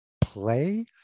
play